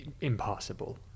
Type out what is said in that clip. Impossible